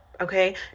okay